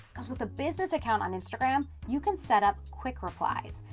cause with a business account on instagram, you can set up quick replies,